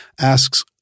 asks